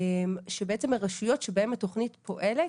שבעצם הרשויות שבהם התוכנית פועלת,